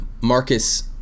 Marcus